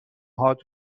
هات